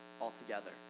altogether